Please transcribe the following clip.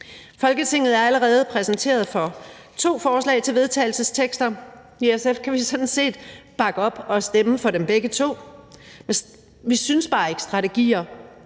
Folketinget er allerede blevet præsenteret for to forslag til vedtagelse. I SF kan vi sådan set bakke op om og stemme for dem begge to. Vi synes bare ikke, at strategier